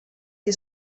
che